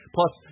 Plus